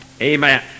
Amen